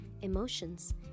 emotions